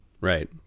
Right